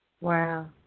Wow